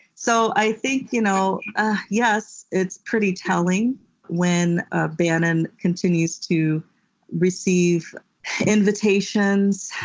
so i think you know ah yes, it's pretty telling when ah bannon continues to receive invitations,